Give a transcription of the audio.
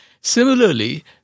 Similarly